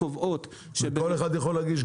כל אחד יכול להגיש?